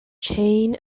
chain